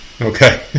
okay